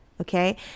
Okay